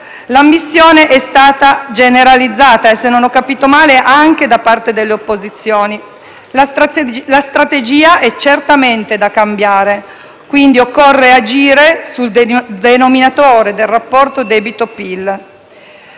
l'ammissione è stata generalizzata, se non ho capito male anche da parte delle opposizioni: la strategia è certamente da cambiare e, quindi, occorre agire sul denominatore del rapporto debito/PIL.